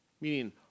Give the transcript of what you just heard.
meaning